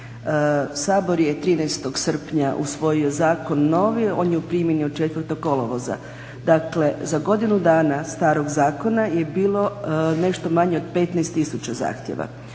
Sabor je 13. srpnja usvoji zakon novi, on je u primjeni od 4. Kolovoza. Dakle, za godinu dana starog zakona je bilo nešto manje od 15 tisuća zahtjeva